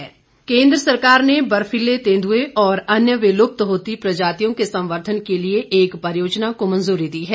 one केन्द्र सरकार ने बर्फीले तेंदुए और अन्य विलुप्त होती प्रजातियों के संवर्धन के लिए एक परियोजना को मंजूरी दी है